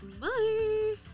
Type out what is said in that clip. bye